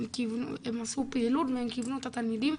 הם עשו פעילות והם כיוונו את התלמידים,